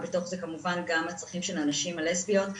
ובתוך זה כמובן גם הצרכים של הנשים הלסביות.